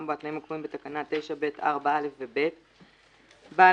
בו התנאים הקבועים בתקנה 9(ב)(4)(א) ו-(ב); "בעל